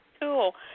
Cool